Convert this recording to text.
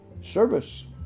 service